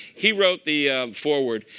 he wrote the forward.